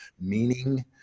meaning